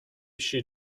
she